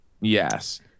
yes